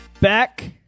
back